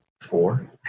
four